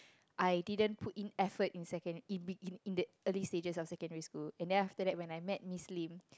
I didn't put in effort in second in in the early stages of secondary school and then after that when I met Miss Lim